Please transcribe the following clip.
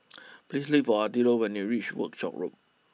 please look for Attilio when you reach Workshop Road